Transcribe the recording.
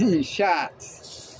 shots